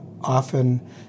often